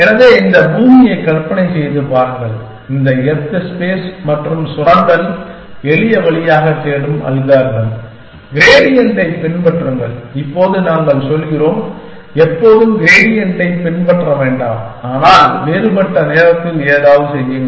எனவே இந்த பூமியை கற்பனை செய்து பாருங்கள் இந்த எர்த் ஸ்பேஸ் மற்றும் சுரண்டல் எளிய வழியாக தேடும் அல்காரிதம் க்ரேடியண்ட்டைப் பின்பற்றுங்கள் இப்போது நாங்கள் சொல்கிறோம் எப்போதும் க்ரேடியண்ட்டைப் பின்பற்ற வேண்டாம் ஆனால் வேறுபட்ட நேரத்தில் ஏதாவது செய்யுங்கள்